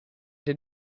did